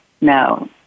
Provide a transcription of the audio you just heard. no